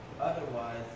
otherwise